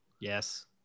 yes